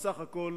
בסך הכול